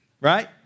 right